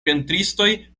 pentristoj